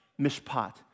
mishpat